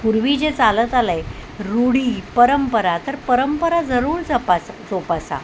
पूर्वी जे चालत आलय रूढी परंपरा तर परंपरा जरूर जपा जोपासा